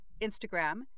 Instagram